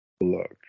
look